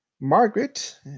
Margaret